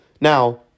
now